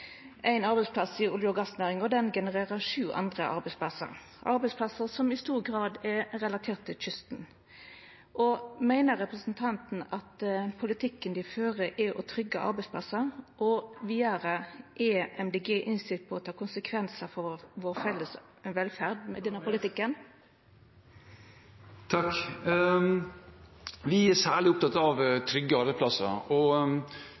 ein ta vare på dei 100 000 arbeidsplassane som i dag er direkte knytte til olje- og gassnæringa? Det er jo slik at éin arbeidsplass i olje- og gassnæringa genererer sju andre arbeidsplassar – arbeidsplassar som i stor grad er relaterte til kysten. Meiner representanten at politikken dei fører, er å tryggja arbeidsplassar? Og vidare: Er